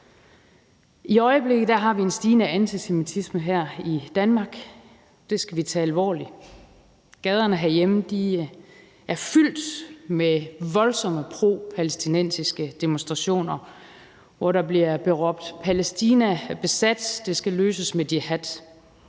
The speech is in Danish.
I øjeblikket oplever vi en stigende antisemitisme her i Danmark. Det skal vi tage alvorligt. Gaderne herhjemme er fyldt med voldsomme propalæstinensiske demonstrationer, hvor der bliver råbt: Palæstina besat – det skal løses med jihad.